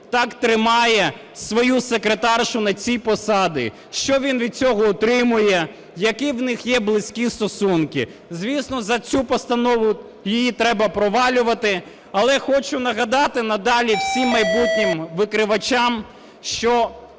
так тримає свою "секретаршу" на цій посаді, що він від цього отримує, які у них є близькі стосунки. Звісно, за цю постанову, її треба провалювати. Але хочу нагадати надалі всім майбутнім викривачам, що